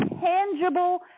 tangible